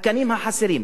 התקנים החסרים,